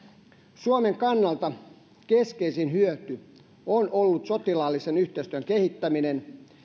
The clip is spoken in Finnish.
suomen kannalta keskeisin hyöty on ollut sotilaallisen yhteistyön kehittäminen